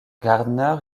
gardner